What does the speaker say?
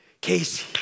Casey